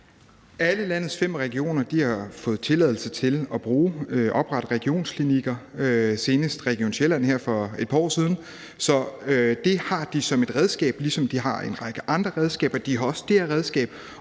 Alle landets fem regioner har fået tilladelse til at oprette regionsklinikker, senest Region Sjælland her for et par år siden. Så det har de som et redskab, ligesom de har en række andre redskaber; de har også det her redskab.